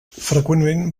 freqüentment